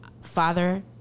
Father